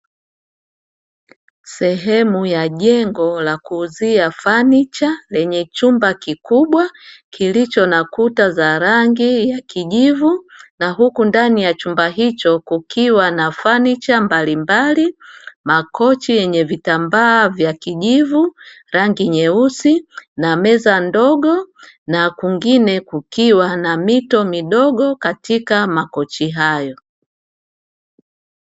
Sehemu ya jengo la kuuzia fanicha lenye chumba kikubwa, kilicho na kuta za rangi ya kijivu na huku ndani ya chumba hicho kukiwa na fanicha mbalimbali, makochi yenye vitambaa vya kijivu, rangi nyeusi na meza ndogo na kwingine kukiwa na mito midogo katika makochi hayo.